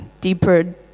deeper